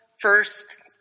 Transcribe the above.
first